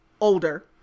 older